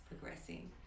progressing